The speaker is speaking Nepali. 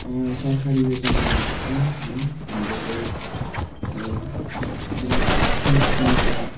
सरकारी योजनाबाट चाहिँ है हन्ड्रेड डेज अरू बिना किसिम किसिमका